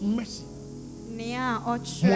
mercy